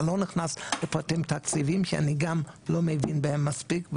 אני לא נכנס לפרטים תקציבים שאני גם לא מבין בהם מספיק,